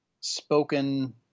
spoken